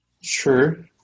Sure